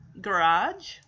garage